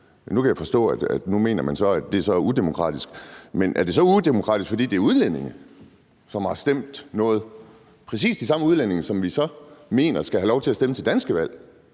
Nu kan jeg forstå, at man nu mener, at det er udemokratisk. Men er det udemokratisk, fordi det er udlændinge, som har stemt noget, altså præcis ligesom de udlændinge, som vi mener skal have lov til at stemme til danske valg?